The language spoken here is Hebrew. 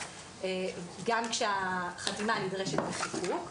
גם כאשר החתימה הנדרשת בחיקוק.